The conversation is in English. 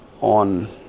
on